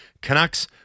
Canucks